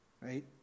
Right